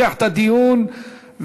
הדיון.